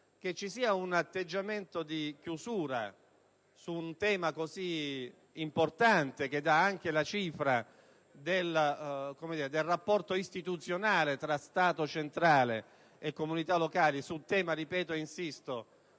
che vi sia un atteggiamento di chiusura, che dà anche la cifra del rapporto istituzionale tra Stato centrale e comunità locali su un tema - ripeto ed insisto